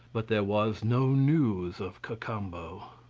but there was no news of cacambo.